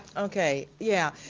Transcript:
okay, yeah